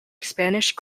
spanish